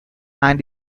and